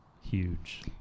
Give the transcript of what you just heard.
huge